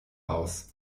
aus